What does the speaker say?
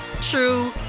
true